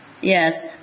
Yes